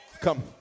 Come